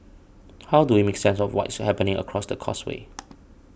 how do we make sense of what's happening across the causeway